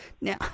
Now